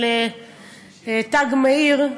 של "תג מאיר",